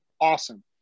Awesome